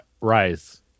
Rise